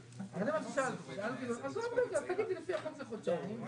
להפקדה, עוד לפני ההתנגדויות.